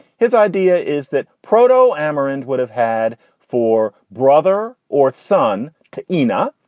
his idea is that proteau amarant would have had four brother or son to yna.